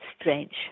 strange